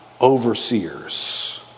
overseers